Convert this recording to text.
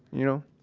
you know.